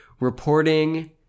reporting